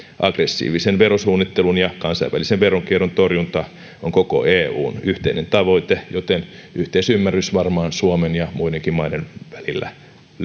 aggressiivisen verosuunnittelun ja kansainvälisen veronkierron torjunta on koko eun yhteinen tavoite joten yhteisymmärrys varmaan suomen ja muidenkin maiden välillä